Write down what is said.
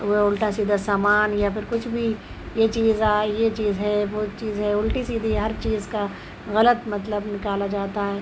وہ اُلٹا سیدھا سامان یا پھر کچھ بھی یہ چیز ہے یہ چیز ہے وہ چیز ہے الٹی سیدھی ہر چیز کا غلط مطلب نکالا جاتا ہے